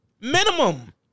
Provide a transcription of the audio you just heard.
Minimum